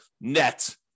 net